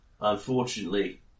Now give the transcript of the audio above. unfortunately